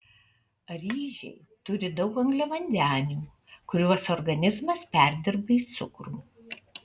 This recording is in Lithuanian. ryžiai turi daug angliavandenių kuriuos organizmas perdirba į cukrų